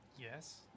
Yes